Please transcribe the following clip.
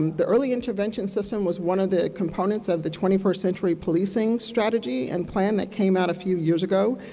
um the early intervention system was one of the components of the twenty first century policing strategy and plan that came out a few years ago,